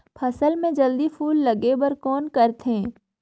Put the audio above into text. फसल मे जल्दी फूल लगे बर कौन करथे?